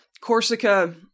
Corsica